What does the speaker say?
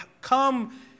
come